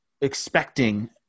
expecting